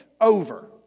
over